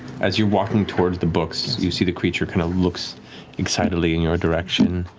as you're walking towards the books, you see the creature kind of looks excitedly in your direction.